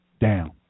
down